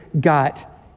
got